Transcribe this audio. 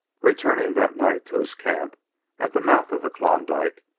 returning that night to his camp at the mouth of klondike,